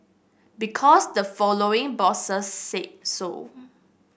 because the following bosses say so